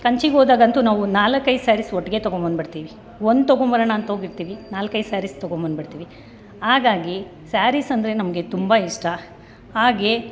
ಕಂಚಿಗೋದಾಗಂತೂ ನಾವು ನಾಲ್ಕೈದು ಸ್ಯಾರೀಸ್ ಒಟ್ಟಿಗೆ ತೊಗೊಂಡ್ಬದ್ಬಿಡ್ತೀವಿ ಒಂದು ತೊಗೊಂಡ್ಬರೋಣ ಅಂತ ಹೋಗಿರ್ತೀವಿ ನಾಲ್ಕೈದು ಸ್ಯಾರೀಸ್ ತೊಗೊಂಡ್ಬಂದ್ಬಿಡ್ತೀವಿ ಹಾಗಾಗಿ ಸ್ಯಾರೀಸೆಂದ್ರೆ ನಮಗೆ ತುಂಬ ಇಷ್ಟ ಹಾಗೆ